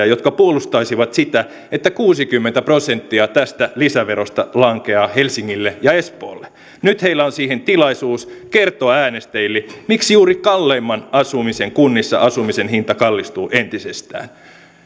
jotka puolustaisivat sitä että kuusikymmentä prosenttia tästä lisäverosta lankeaa helsingille ja espoolle nyt heillä on tilaisuus kertoa äänestäjille miksi juuri kalleimman asumisen kunnissa asumisen hinta kallistuu entisestään